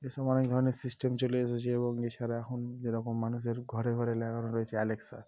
এসব অনেক ধরনের সিস্টেম চলে এসেছে এবং এছাড়া এখন যেরকম মানুষের ঘরে ঘরে লাগানো রয়েছে অ্যালেক্সা